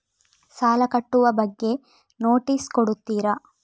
ಸಾಲ ಕಟ್ಟುವ ಬಗ್ಗೆ ನೋಟಿಸ್ ಕೊಡುತ್ತೀರ?